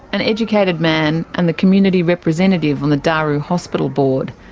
an educated man and the community representative on the daru hospital board.